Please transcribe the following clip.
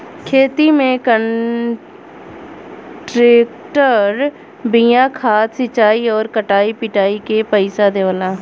खेती में कांट्रेक्टर बिया खाद सिंचाई आउर कटाई पिटाई के पइसा देवला